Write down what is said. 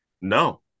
No